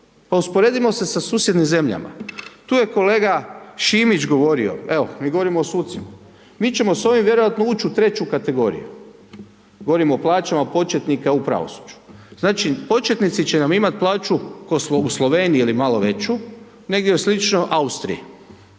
Pa usporedimo se sa susjednim zemljama. Tu je kolega Šimić govorio, evo, mi govorimo o sucima, mi ćemo s ovim vjerojatno ući u treću kategoriju, govorimo o plaćama početnika u pravosuđu. Znači, početnici će nam imat plaću ko u Sloveniji ili malo veću, negdje slično Austriji,